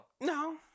no